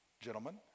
Gentlemen